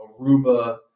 Aruba